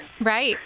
Right